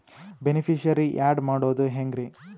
Beneficiary, add ಮಾಡೋದು ಹೆಂಗ್ರಿ?